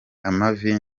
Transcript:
amavi